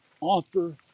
offer